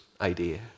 idea